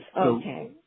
okay